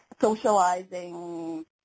socializing